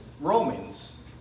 Romans